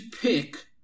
pick